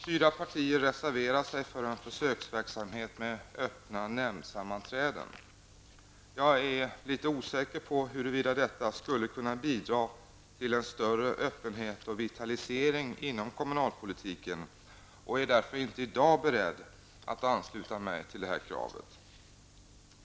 Fyra partier reserverar sig för en försöksverksamhet med öppna nämndsammanträden. Jag är litet osäker på huruvida detta skulle kunna bidra till en större öppenhet och vitalisering inom kommunalpolitiken och är därför inte beredd att i dag ansluta mig till det kravet.